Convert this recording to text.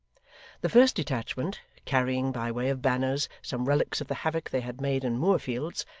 the first detachment, carrying, by way of banners, some relics of the havoc they had made in moorfields,